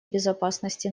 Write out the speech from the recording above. безопасности